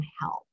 help